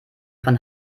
von